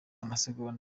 amasegonda